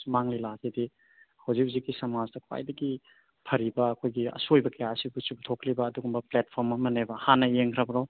ꯁꯨꯃꯥꯡ ꯂꯤꯂꯥꯁꯤꯗꯤ ꯍꯧꯖꯤꯛ ꯍꯧꯖꯤꯛꯀꯤ ꯁꯃꯥꯖꯗ ꯈ꯭ꯋꯥꯏꯗꯒꯤ ꯐꯔꯤꯕ ꯑꯩꯈꯣꯏꯒꯤ ꯑꯁꯣꯏꯕ ꯀꯌꯥ ꯑꯁꯤꯕꯨ ꯆꯨꯝꯊꯣꯛꯂꯤꯕ ꯑꯗꯨꯒꯨꯝꯕ ꯄ꯭ꯂꯦꯠꯐꯣꯝ ꯑꯃꯅꯦꯕ ꯍꯥꯟꯅ ꯌꯦꯡꯈ꯭ꯔꯕꯣ